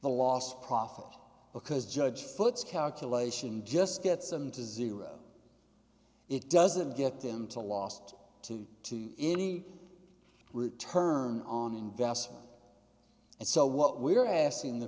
the lost profit because judge foots calculation just gets them to zero it doesn't get them to last any return on investment and so what we're asking the